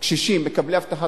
קשישים, מקבלי הבטחת